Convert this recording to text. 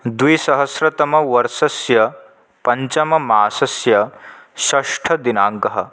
द्विसहस्रतमवर्षस्य पञ्चममासस्य षष्ठदिनाङ्कः